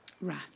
wrath